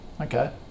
okay